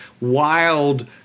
wild